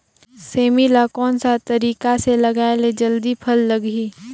सेमी ला कोन सा तरीका से लगाय ले जल्दी फल लगही?